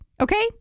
okay